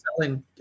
selling